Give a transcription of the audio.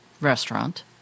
restaurant